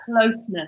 closeness